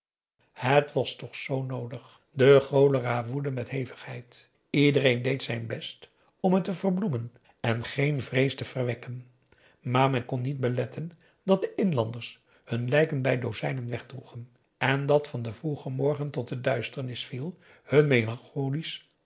het was toch zoo noodig de cholera woedde met hevigheid iedereen deed zijn best om het te verbloemen en geen vrees te verwekken maar men kon niet beletten dat de inlanders hun lijken bij dozijnen wegdroegen en dat van den vroegen morgen tot de duisternis viel hun melancholisch